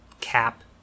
cap